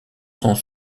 sont